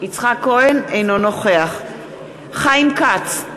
אינו נוכח חיים כץ,